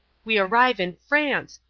we arrive in france.